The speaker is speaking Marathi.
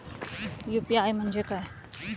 यु.पी.आय म्हणजे काय?